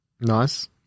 Nice